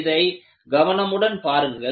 இதை கவனமுடன் பாருங்கள்